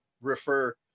refer